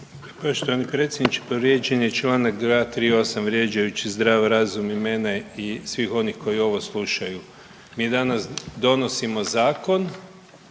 Poštovani predsjedniče povrijeđen je Članak 238. vrijeđajući zdrav razum i mene i svih onih koji ovo slušaju. Mi danas donosimo zakon